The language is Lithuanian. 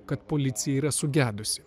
kad policija yra sugedusi